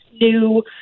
new